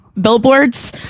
Billboards